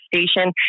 station